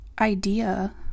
idea